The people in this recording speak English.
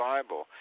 Bible